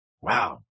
Wow